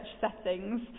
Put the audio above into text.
settings